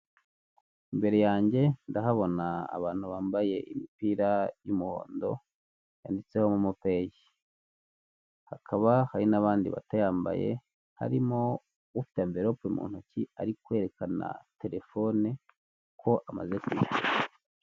Imbere yanjye ndahabona abantu bambaye imipira y'umuhondo yanditseho momo peyi, hakaba hari n'abandi batayambaye harimo ufite amvirope mu ntoki ari kwerekana terefone ko amaze kwishyura.